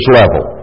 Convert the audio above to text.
level